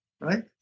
right